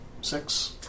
Six